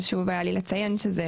חשוב היה לי לציין שזה